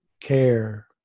care